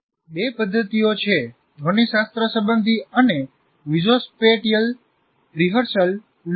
બે પદ્ધતિઓ છે ધ્વનિશાસ્ત્ર સંબંધી અને વિઝોસ્પેટીયલ રિહર્સલ લૂપ્સ